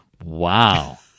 wow